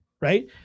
right